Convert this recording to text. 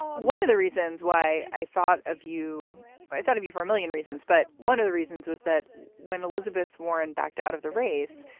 one of the reasons why i thought of you i thought of you for a million reasons. but one of the reasons was that when elizabeth warren backed out of the race,